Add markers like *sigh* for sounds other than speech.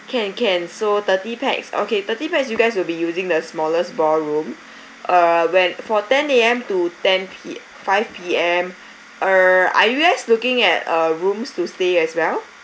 can can so thirty pax okay thirty pax you guys will be using the smallest ballroom *breath* err when for ten A_M to ten P five P_M err are you guys looking at uh rooms to stay as well